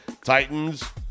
Titans